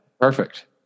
perfect